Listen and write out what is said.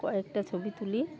কয়েকটা ছবি তুলি